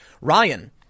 Ryan